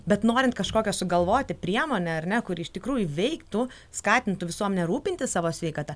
bet norint kažkokią sugalvoti priemonę ar ne kuri iš tikrųjų veiktų skatintų visuomenę rūpintis savo sveikata